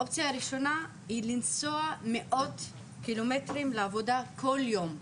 האופציה הראשונה היא לנסוע מאות קילומטרים לעבודה כל יום,